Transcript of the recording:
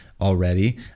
already